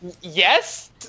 yes